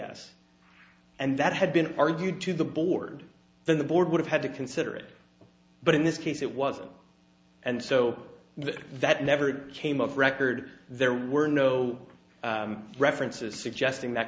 s and that had been argued to the board the board would have had to consider it but in this case it wasn't and so that never came up record there were no references suggesting that